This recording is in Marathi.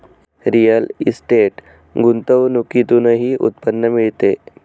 रिअल इस्टेट गुंतवणुकीतूनही उत्पन्न मिळते